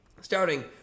Starting